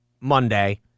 Monday